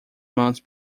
months